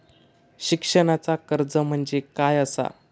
शिक्षणाचा कर्ज म्हणजे काय असा?